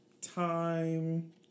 time